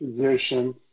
position